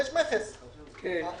כסף, ויש מכס הגנה.